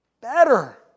better